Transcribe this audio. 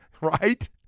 right